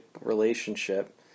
relationship